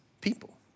people